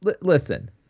Listen